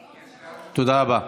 כספים, תודה רבה.